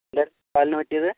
എന്താ കാലിന് പറ്റിയത്